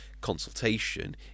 consultation